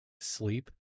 sleep